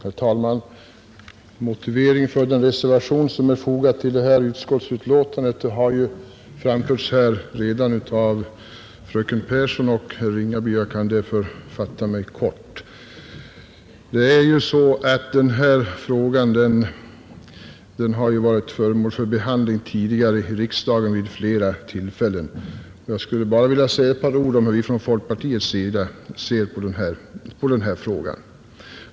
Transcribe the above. Herr talman! Motiveringen för den reservation som är fogad till detta utskottsbetänkande har redan framförts av fröken Pehrsson och herr Ringaby. Jag kan därför fatta mig kort. Frågan om tilläggspension för hemarbetande make har ju varit föremål för behandling tidigare i riksdagen vid flera tillfällen. Jag skulle vilja säga ett par ord om hur vi från folkpartiet ser på denna fråga.